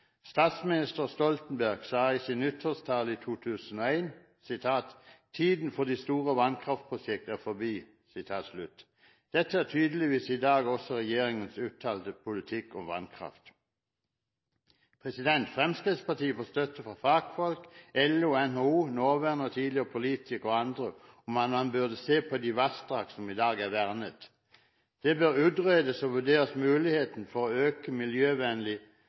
Statsminister Stoltenberg sa i sin nyttårstale i 2000 at tiden for de store vannkraftprosjektene er forbi. Dette er tydeligvis også i dag regjeringens uttalte politikk om vannkraft. Fremskrittspartiet får støtte fra fagfolk, LO og NHO, nåværende og tidligere politikere og andre om at man burde se på de vassdrag som i dag er vernet. Man bør utrede og vurdere muligheten for å øke miljøvennlig